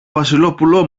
βασιλόπουλο